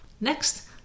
Next